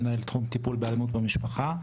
מנהל תחום טיפול באלימות במשפחה.